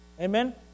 Amen